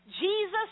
Jesus